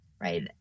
right